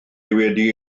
wedi